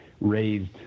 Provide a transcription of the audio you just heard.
raised